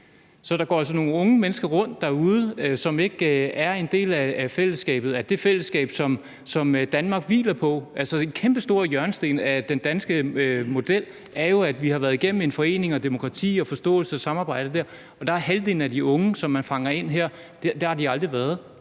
Så der går altså nogle unge mennesker rundt derude, som ikke er en del af fællesskabet – af det fællesskab, som Danmark hviler på. Altså, den kæmpestore hjørnesten i den danske model er jo, at vi har været igennem foreninger, demokrati, forståelse, samarbejde og alt det der, og det har halvdelen af de unge, som man fanger ind her, aldrig været